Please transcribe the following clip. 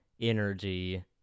energy